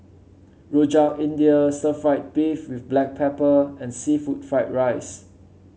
Rojak India stir fry beef with Black Pepper and seafood Fried Rice